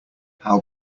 how